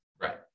Right